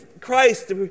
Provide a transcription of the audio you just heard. Christ